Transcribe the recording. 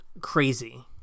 crazy